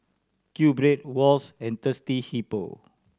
QBread Wall's and Thirsty Hippo